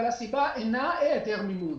הסיבה לכך שאין מספיק השקעות אינה העדר מימון.